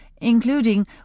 including